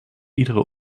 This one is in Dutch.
iedere